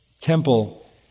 temple